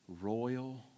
royal